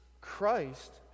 Christ